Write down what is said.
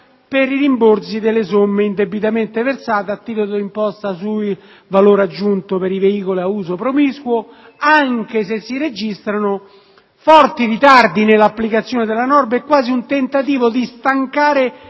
per i rimborsi delle somme indebitamente versate a titolo di imposta sul valore aggiunto per i veicoli ad uso promiscuo, anche se si registrano forti ritardi nell'applicazione della norma e quasi un tentativo di «stancare»